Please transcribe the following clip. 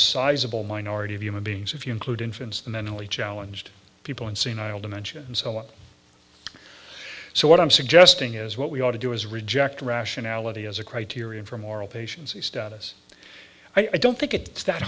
sizeable minority of human beings if you include infants the mentally challenged people in senile dementia and so on so what i'm suggesting is what we ought to do is reject rationality as a criterion for moral patients status i don't think it's that